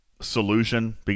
solution